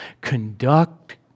Conduct